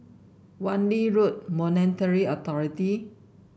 Wan Lee Road Monetary Authority